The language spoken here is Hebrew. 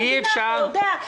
אתה יודע.